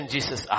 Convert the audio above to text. Jesus